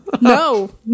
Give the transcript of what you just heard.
No